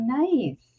nice